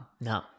No